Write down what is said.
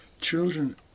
Children